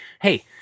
hey